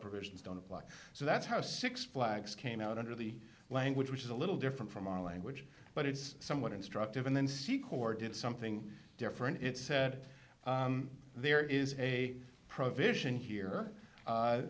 provisions don't apply so that's how six flags came out under the language which is a little different from our language but it's somewhat instructive and then seek or did something different it said there is a provision here